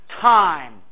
time